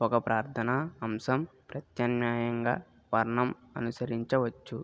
ఒక ప్రార్థనా అంశం ప్రత్యామ్నాయంగా వర్ణం అనుసరించవచ్చు